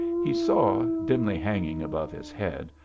he saw, dimly hanging above his head,